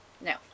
No